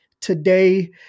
today